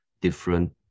different